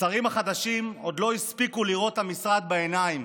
השרים החדשים עוד לא הספיקו לראות את המשרד בעיניים,